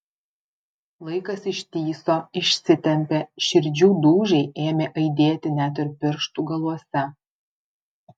laikas ištįso išsitempė širdžių dūžiai ėmė aidėti net ir pirštų galuose